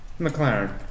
McLaren